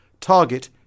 Target